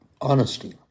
honesty